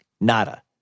Nada